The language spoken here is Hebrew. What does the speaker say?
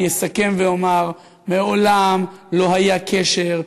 אני אסכם ואומר: מעולם לא היה קשר,